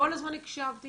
כל הזמן הקשבתי